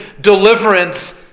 deliverance